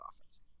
offense